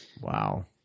wow